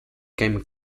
game